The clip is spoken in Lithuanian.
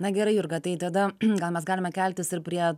na gerai jurga tai tada gal mes galime keltis ir prie